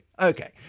Okay